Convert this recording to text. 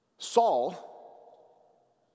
Saul